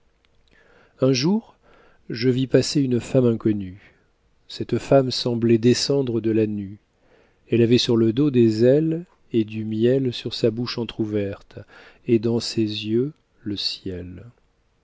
un jour je vis passer une femme inconnue cette femme semblait descendre de la nue elle avait sur le dos des ailes et du miel sur sa bouche entr'ouverte et dans ses yeux le ciel